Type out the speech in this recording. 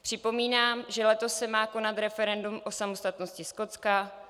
Připomínám, že letos se má konat referendum o samostatnosti Skotska.